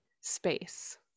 space